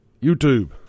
YouTube